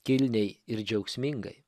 kilniai ir džiaugsmingai